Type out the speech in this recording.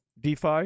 DeFi